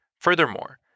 Furthermore